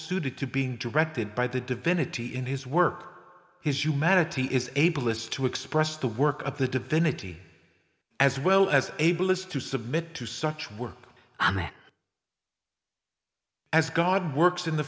suited to being directed by the divinity in his work his humanity is able is to express the work of the divinity as well as able is to submit to such work a man as god works in the